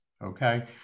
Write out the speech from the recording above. Okay